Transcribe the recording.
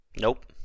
nope